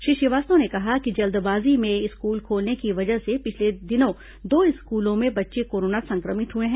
श्री श्रीवास्तव ने कहा कि जल्दबाजी में स्कूल खोलने की वजह से पिछले दिनों दो स्कूलों में बच्चे कोरोना संक्रमित हुए हैं